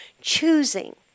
choosing